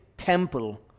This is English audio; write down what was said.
temple